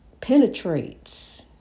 penetrates